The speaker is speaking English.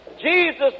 Jesus